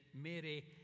Mary